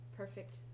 perfect